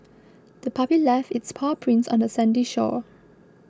the puppy left its paw prints on the sandy shore